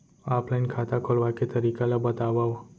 Offline खाता खोलवाय के तरीका ल बतावव?